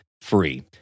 free